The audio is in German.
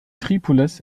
tripolis